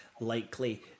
likely